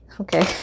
Okay